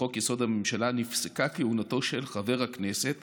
לחוק-יסוד: הממשלה, נפסקה כהונתו של חבר הכנסת